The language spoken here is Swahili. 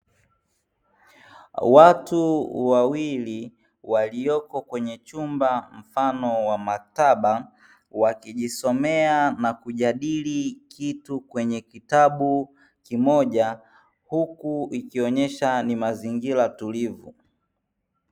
Watu wawili waliopo kwenye chumba mfano wa maktaba wakijisomea na kujadili vitu kwenye kitabu kimoja, huku ikionyesha ni mazingira tulivu.